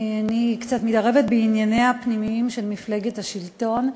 אני קצת מתערבת בענייניה הפנימיים של מפלגת השלטון,